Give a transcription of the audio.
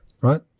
Right